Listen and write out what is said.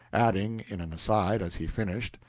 adding, in an aside, as he finished,